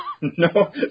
No